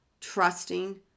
trusting